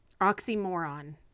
oxymoron